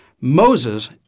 Moses